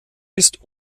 ist